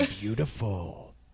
beautiful